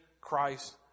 Christ